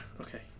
okay